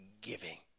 giving